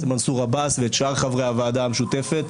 מנסור עבאס ושאר חברי הוועדה המשותפת,